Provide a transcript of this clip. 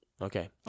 Okay